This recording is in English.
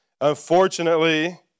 Unfortunately